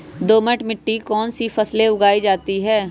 दोमट मिट्टी कौन कौन सी फसलें उगाई जाती है?